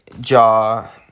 Jaw